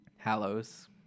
Hallows